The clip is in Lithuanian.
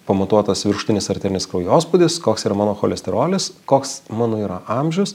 pamatuotas viršutinis arterinis kraujospūdis koks yra mano cholesterolis koks mano yra amžius